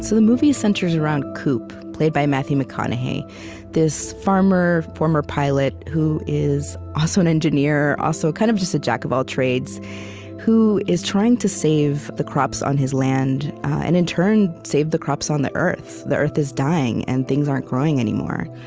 the movie centers around coop, played by matthew mcconaughey this farmer, former pilot, who is also an engineer, also kind of just a jack of all trades who is trying to save the crops on the land and, in turn, save the crops on the earth. the earth is dying, and things aren't growing anymore.